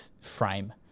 frame